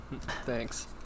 Thanks